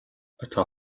atá